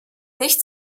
nicht